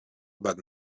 but